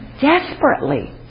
desperately